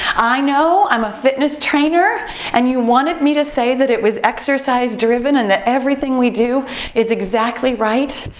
i know, i'm a fitness trainer and you wanted me to say that it was exercise-driven and that everything we do is exactly right.